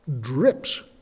drips